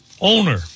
owner